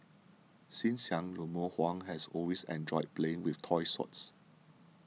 since young Lemuel Huang has always enjoyed playing with toy swords